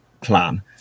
plan